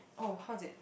oh how was it